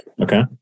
Okay